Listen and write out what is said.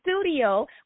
studio